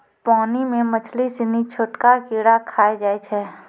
पानी मे मछली सिनी छोटका कीड़ा खाय जाय छै